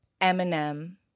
Eminem